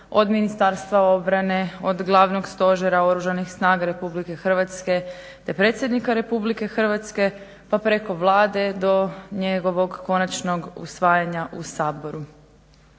od Ministarstva obrane, od Glavnog stožera Oružanih snaga Republike Hrvatske, te Predsjednika Republike Hrvatske, pa preko Vlade do njegovog konačnog usvajanja u Saboru.